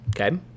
Okay